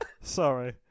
Sorry